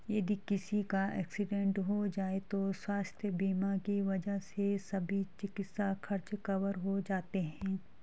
यदि किसी का एक्सीडेंट हो जाए तो स्वास्थ्य बीमा की वजह से सभी चिकित्सा खर्च कवर हो जाते हैं